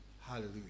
Hallelujah